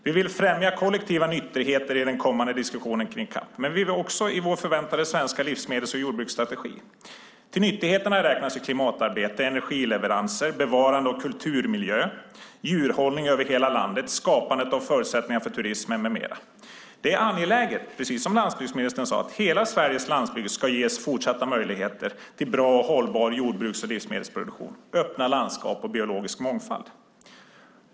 Vi vill främja kollektiva nyttigheter i den kommande diskussionen kring CAP men också i vår förväntade svenska livsmedels och jordbruksstrategi. Till nyttigheterna räknas klimatarbete, energileveranser, bevarande av kulturmiljö, djurhållning över hela landet, skapandet av förutsättningar för turism med mera. Det är angeläget, precis som landsbygdsministern sade, att hela Sveriges landsbygd ska ges fortsatta möjligheter till bra och hållbar jordbruks och livsmedelsproduktion, öppna landskap och biologisk mångfald.